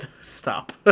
stop